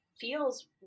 feels